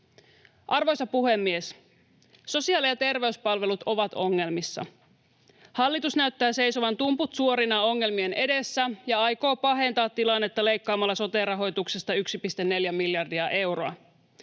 Arvoisa puhemies! Sosiaali- ja terveyspalvelut ovat ongelmissa. Hallitus näyttää seisovan tumput suorina ongelmien edessä ja aikoo pahentaa tilannetta leikkaamalla sote-rahoituksesta 1,4 miljardia euroa.